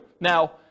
Now